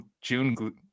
June